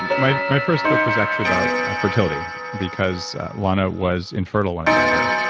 and my my first book was actually about fertility because lana was infertile when i met her.